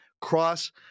cross